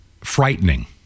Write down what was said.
frightening